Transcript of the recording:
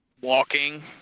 Walking